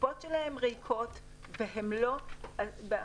הקופות שלהן ריקות והן לא באחריותן.